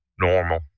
normal